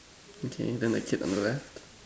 okay then the kid on the left